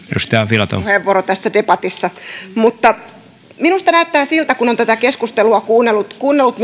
puheenvuoro tässä debatissa minusta näyttää siltä kun on tätä keskustelua kuunnellut kuunnellut